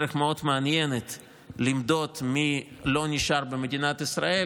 דרך מאוד מעניינת למדוד מי לא נשאר במדינת ישראל,